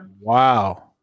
Wow